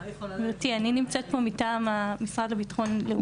גבירתי, אני נמצאת פה מטעם המשרד לביטחון לאומי.